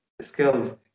skills